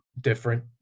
different